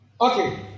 Okay